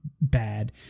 bad